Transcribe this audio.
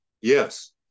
yes